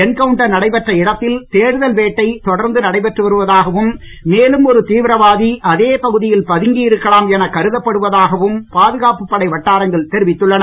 என் counter நடைபெற்ற இடத்தில் தேடுதல் வேட்டை தொடர்ந்து நடைபெற்று வருவதாகவும் மேலும் ஒரு தீவிரவாதி அதே பகுதியில் பதுங்கி இருக்கலாம் என கருதப்படுவதாகவும் பாதுகாப்பு படை வட்டாரங்கள் தெரிவித்துள்ளன